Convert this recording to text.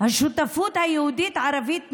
השותפות היהודית-ערבית נכשלה.